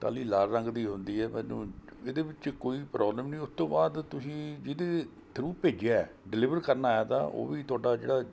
ਟਾਹਲੀ ਲਾਲ ਰੰਗ ਦੀ ਹੁੰਦੀ ਹੈ ਮੈਨੂੰ ਇਹਦੇ ਵਿੱਚ ਕੋਈ ਪ੍ਰੋਬਲਮ ਨਹੀਂ ਉਹ ਤੋਂ ਬਾਅਦ ਤੁਸੀਂ ਜਿਹਦੇ ਥਰੂ ਭੇਜਿਆ ਡਿਲੀਵਰ ਕਰਨ ਆਇਆ ਤਾ ਉਹ ਵੀ ਤੁਹਾਡਾ ਜਿਹੜਾ